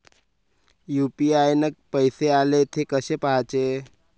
UPI न पैसे आले, थे कसे पाहाचे?